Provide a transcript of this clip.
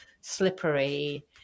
slippery